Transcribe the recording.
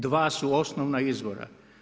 Dva su osnovna izvora.